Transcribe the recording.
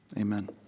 amen